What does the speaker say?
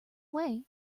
way